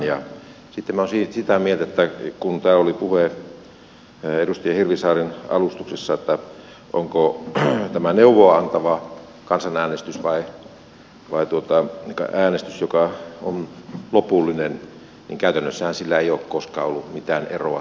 sitten minä olen sitä mieltä että kun täällä oli puhe edustaja hirvisaaren alustuksessa että onko tämä neuvoa antava kansanäänestys vai äänestys joka on lopullinen niin käytännössähän sillä ei ole koskaan ollut mitään eroa